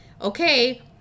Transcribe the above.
okay